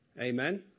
amen